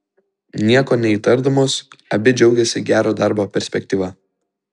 nieko neįtardamos abi džiaugėsi gero darbo perspektyva